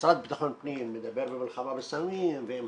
שהמשרד לביטחון פנים מטפל במלחמה בסמים ואם